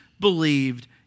believed